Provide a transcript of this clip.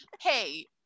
Hey